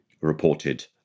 reported